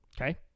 Okay